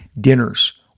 dinners